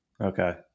Okay